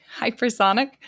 Hypersonic